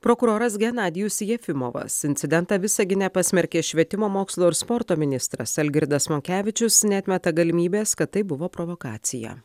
prokuroras genadijus jefimovas incidentą visagine pasmerkė švietimo mokslo ir sporto ministras algirdas monkevičius neatmeta galimybės kad tai buvo provokacija